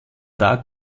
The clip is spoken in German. tag